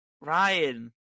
Ryan